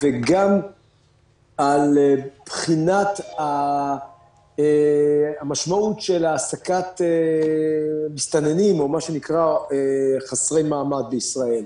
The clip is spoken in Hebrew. וגם על בחינת המשמעות של העסקת מסתננים או מה שנקרא חסרי מעמד בישראל.